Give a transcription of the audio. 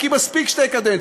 כי מספיק שתי קדנציות.